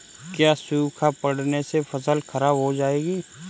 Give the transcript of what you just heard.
क्या सूखा पड़ने से फसल खराब हो जाएगी?